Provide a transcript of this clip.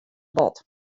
bot